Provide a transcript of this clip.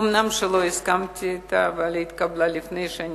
אומנם לא הסכמתי אתה אבל היא התקבלה לפני שאני